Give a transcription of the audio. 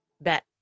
Bet